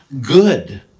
good